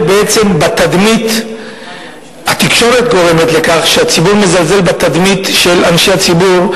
בעצם התקשורת גורמת לכך שהציבור מזלזל בתדמית של אנשי הציבור,